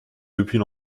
depuis